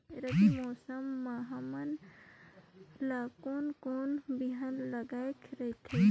रबी मौसम मे हमन ला कोन कोन बिहान लगायेक रथे?